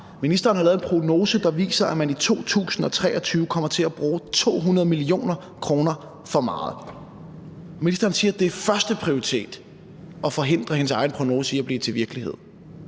Ministeren har lavet en prognose, der viser, at man i 2023 kommer til at bruge 200 mio. kr. for meget. Ministeren siger, at det er førsteprioriteten at forhindre hendes egen prognose i at blive til virkelighed.